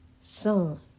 son